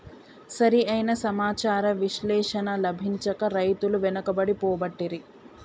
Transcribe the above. సరి అయిన సమాచార విశ్లేషణ లభించక రైతులు వెనుకబడి పోబట్టిరి